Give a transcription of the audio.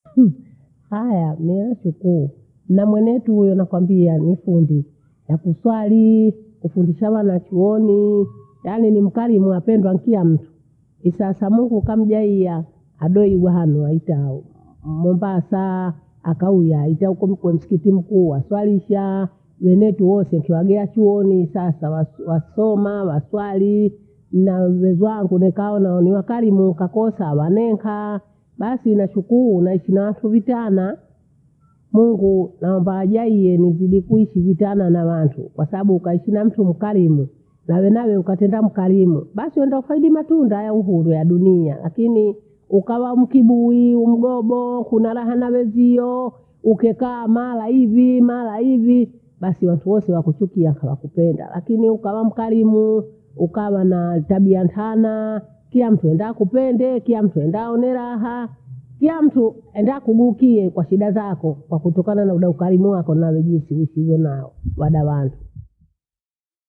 haya noweke koe, namwenetu huyo nakwambia ekiendi yakuswalii. Ukivichwana na chuonii yaani ni karimu apendwa na kila mtu. Sasa mungu kamjaia haberi za hanyu hauta moi, Mombasa, akauya aita uku mkemsikiti mkuu waswaliishaa. Nywelewa kiwaso chagea chuoni nisasa watu watu wasoma waswali mda wenywe zwangu dekae naole wakarimu ukakosa walenkaa. Basi nashukuru na heshima yasuvitana, mungu naomba ajaie nizidi kuishi vitana na wandu. Kwasababu ukaishi na mtu mkarimu nawe nayo ukatenda mkarimu basi uwende ufaidi matunda ya uhuru wadunia. Lakini ukawa mkibuguu, mgobo huna raha na wenzio ukekaa mara hivi, mara hivi basi watu wose wakuchukui si wakupenda. Lakini ukawa mkarimuu ukawa na tabia ntana, kiya mtu aenda akupende kiya mtu aenda aone raha. Kila mtu aenda akubukie kwa shida zako, kwakutokana na ukarimu wako nawe jinsi uishivyo na wada wandu.